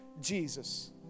jesus